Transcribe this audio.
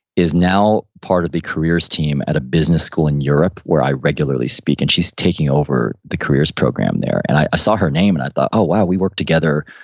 is now part of the careers team at a business school in europe where i regularly speak, and she's taking over the careers program there. and i saw her name and i thought, oh wow, we worked together,